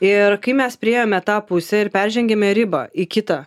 ir kai mes priėjome tą pusę ir peržengėme ribą į kitą